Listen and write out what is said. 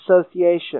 association